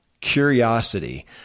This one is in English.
curiosity